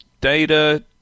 data